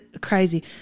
crazy